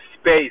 space